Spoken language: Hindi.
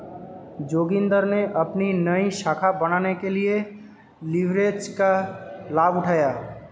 जोगिंदर ने अपनी नई शाखा बनाने के लिए लिवरेज का लाभ उठाया